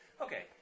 Okay